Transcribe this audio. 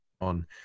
on